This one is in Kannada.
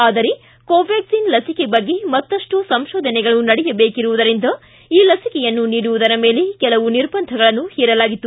ಆದರೆ ಕೋವ್ಯಾಕ್ಲಿನ್ ಲಸಿಕೆ ಬಗ್ಗೆ ಮತ್ತಪ್ಪು ಸಂಶೋಧನೆಗಳು ನಡೆಯಬೇಕಿರವುದರಿಂದ ಈ ಲಸಿಕೆಯನ್ನು ನೀಡುವುದರ ಮೇಲೆ ಕೆಲವು ನಿರ್ಬಂಧಗಳನ್ನು ಪೇರಲಾಗಿತ್ತು